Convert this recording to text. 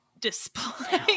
display